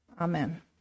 Amen